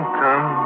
come